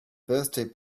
birthday